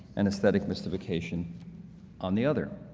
and aesthetic mystification on the other.